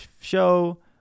show